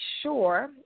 sure